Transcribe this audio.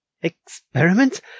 Experiment